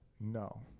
No